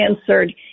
answered